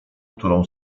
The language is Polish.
którą